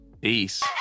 Peace